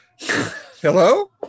Hello